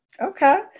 Okay